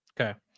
okay